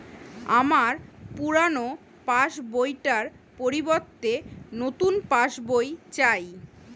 আমার পুরানো পাশ বই টার পরিবর্তে নতুন পাশ বই চাই